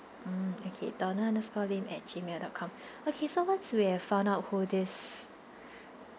mm okay donald underscore lim at G mail dot com okay so once we have found out who this